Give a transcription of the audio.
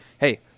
hey